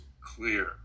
clear